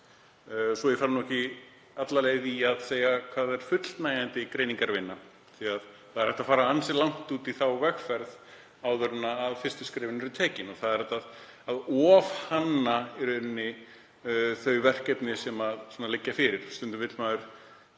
að ég fari nú ekki alla leið í að segja hvað sé fullnægjandi greiningarvinna því að hægt er að fara ansi langt út í þá vegferð áður en fyrstu skrefin eru tekin. Það er hægt að ofhanna í rauninni þau verkefni sem liggja fyrir. Stundum vill maður